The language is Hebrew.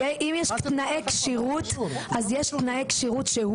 אם יש תנאי כשירות אז יש תנאי כשירות שהוא